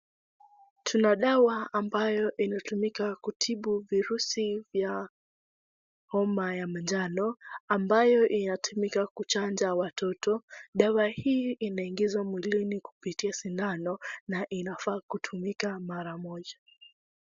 Tuna dawa ambayo inatumika kutibu virusi vya homa ya manjano ambayo inatumika kuchanja watoto. Dawa hii inaingizwa mwilini kupitia sindano na inafaa kutumika mara moja.